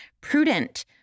prudent